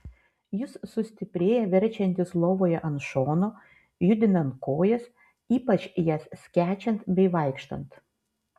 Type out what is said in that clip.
jis sustiprėja verčiantis lovoje ant šono judinant kojas ypač jas skečiant bei vaikštant